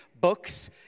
books